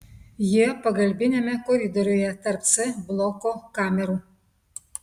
jie pagalbiniame koridoriuje tarp c bloko kamerų